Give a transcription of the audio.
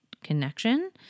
connection